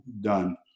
done